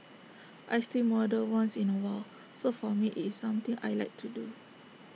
I still model once in A while so for me it's something I Like to do